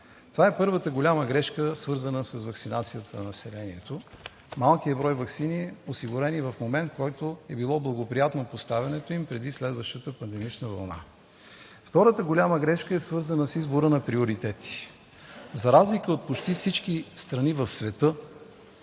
Това е първата голяма грешка, свързана с ваксинацията на населението – малкият брой ваксини, осигурени в момент, в който е било благоприятно поставянето им преди следващата пандемична вълна. Втората голяма грешка е свързана с избора на приоритети. За разлика от почти всички страни в света